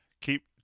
Keep